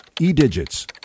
E-Digits